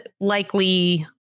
likely